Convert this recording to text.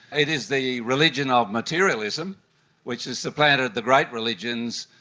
it is the religion of materialism which has supplanted the great religions,